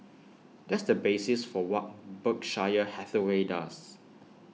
that's the basis for what Berkshire Hathaway does